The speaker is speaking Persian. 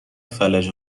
فلج